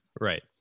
Right